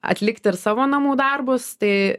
atlikti ir savo namų darbus tai